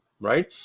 right